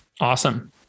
Awesome